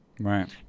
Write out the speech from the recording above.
Right